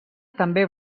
també